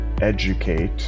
educate